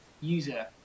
user